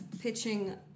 pitching